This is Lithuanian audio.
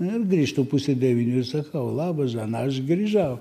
nu ir grįžtu pusė devynių sakau labas žana aš grįžau